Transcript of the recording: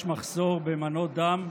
יש מחסור במנות דם.